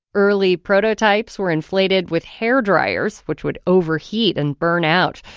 early prototypes were inflated with hair dryers, which would overheat and burn out.